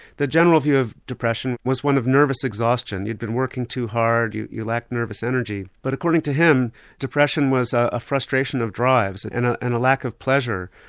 the general view of depression was one of nervous exhaustion you'd been working too hard, you you lacked nervous energy. but according to him depression was a frustration of drives and and ah and a lack of pleasure.